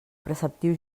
preceptiu